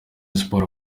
sports